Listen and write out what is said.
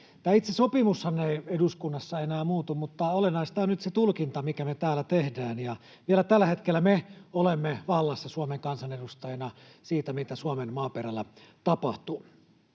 itse sopimushan ei eduskunnassa enää muutu, mutta olennaista on nyt se tulkinta, mikä me täällä tehdään, ja vielä tällä hetkellä me olemme vallassa Suomen kansanedustajina siitä, mitä Suomen maaperällä tapahtuu.